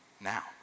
now